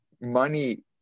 money